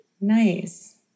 Nice